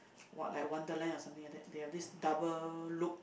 what like wonder land is something like that there this double loop